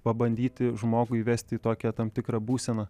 pabandyti žmogų įvesti į tokią tam tikrą būseną